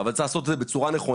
אבל צריך לעשות את זה בצורה נכונה,